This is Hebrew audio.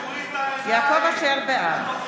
יא נוכל, לפחות תוריד את העיניים.